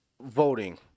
voting